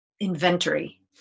inventory